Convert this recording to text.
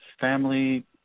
family